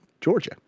Georgia